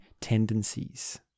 tendencies